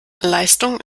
leistung